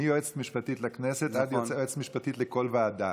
מיועצת משפטית לכנסת ועד יועץ משפטי לכל ועדה.